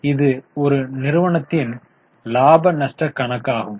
எனவே இது ஒரு நிறுவனத்தின் லாப நஷ்ட கணக்காகும்